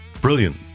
Brilliant